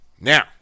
now